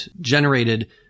generated